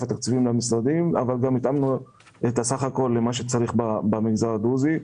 התקציבים למשרדים אבל גם התאמנו את הסך הכול למה שצריך במגזר הדרוזי.